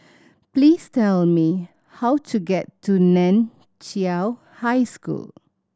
please tell me how to get to Nan Chiau High School